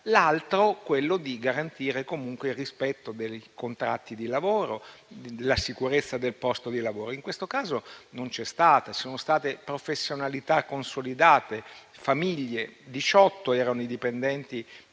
l'obiettivo di garantire comunque il rispetto dei contratti di lavoro e la sicurezza del posto di lavoro. In questo caso tutto ciò non c'è stato; ci sono state professionalità consolidate, famiglie e diciotto dipendenti